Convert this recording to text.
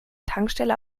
tankstelle